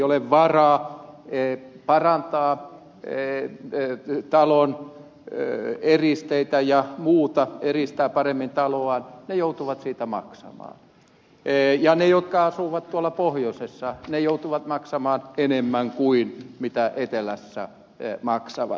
ne joilla ei parantaa tee töitä talon verran eristeitä ole varaa eristää paremmin taloaan joutuvat siitä maksamaan ja ne jotka asuvat tuolla pohjoisessa joutuvat maksamaan enemmän kuin etelässä asuvat maksavat